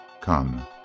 Come